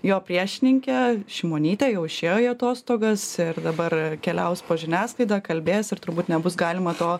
jo priešininkė šimonytė jau išėjo į atostogas ir dabar keliaus po žiniasklaidą kalbės ir turbūt nebus galima to